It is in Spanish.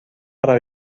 para